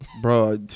bro